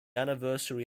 anniversary